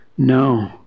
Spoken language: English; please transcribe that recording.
No